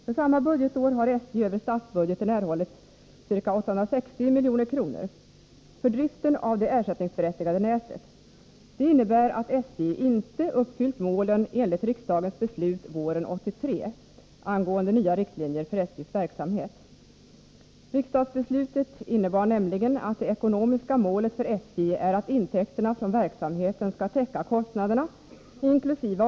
För samma budgetår har SJ över statsbudgeten dessutom erhållit ca 860 milj.kr. för driften av det ersättningsberättigade nätet. Det innebär att SJ inte uppfyllt målen enligt riksdagens beslut våren 1983 angående nya riktlinjer för SJ:s verksamhet. Riksdagsbeslutet innebar nämligen att det ekonomiska målet för SJ är att intäkterna från verksamheten skall täcka kostnaderna, inkl.